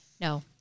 No